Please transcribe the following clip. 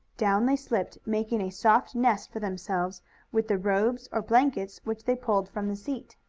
down they slipped, making a soft nest for themselves with the robes, or blankets, which they pulled from the seat.